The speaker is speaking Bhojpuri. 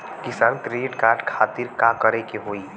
किसान क्रेडिट कार्ड खातिर का करे के होई?